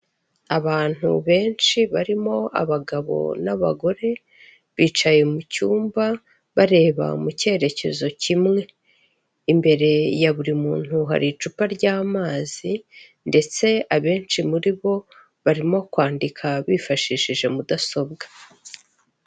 Abantu benshi barimo abagabo n'abagore, bicaye mu cyumba bareba mu cyerekezo kimwe, imbere ya buri muntu hari icupa ry'amazi ndetse abenshi muri bo barimo kwandika bifashishije mudasobwa.